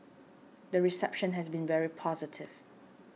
the reception has been very positive